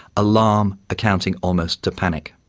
alarm accounting almost to panic.